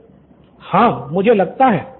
student ४ हाँ मुझे लगता है